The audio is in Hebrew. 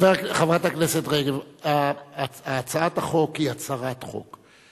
חברת הכנסת רגב, הצעת החוק היא הצהרת חוק.